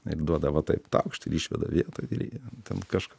ir duoda va taip taukšt ir išveda vietoj ir jie ten kažką